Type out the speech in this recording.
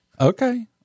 Okay